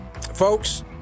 folks